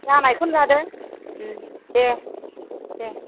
जानायखौनो लादो दे दे